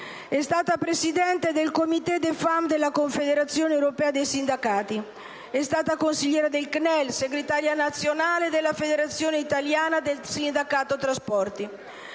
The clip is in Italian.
È stata Presidente del *Comité des Femmes* della Confederazione europea dei sindacati, è stata consigliera del CNEL, segretaria nazionale della Federazione italiana del sindacato trasporti.